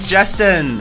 Justin